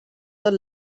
tot